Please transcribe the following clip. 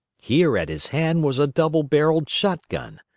here at his hand was a double-barreled shotgun.